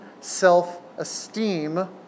self-esteem